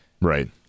right